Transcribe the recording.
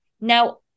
Now